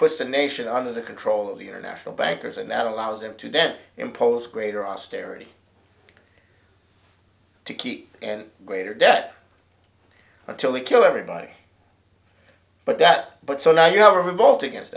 puts the nation under the control of the international bankers and that allows them to then impose greater austerity to keep and greater debt until they kill everybody but that but so now you have a revolt against